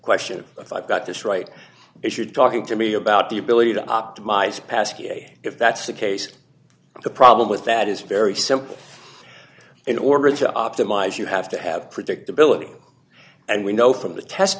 question is i've got this right if you're talking to me about the ability to optimize passkey if that's the case the problem with that is very simple in order to optimize you have to have predictability and we know from the test